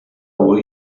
will